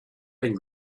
and